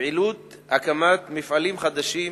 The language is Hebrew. פעילות הקמת מפעלים חדשים